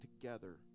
together